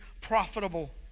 profitable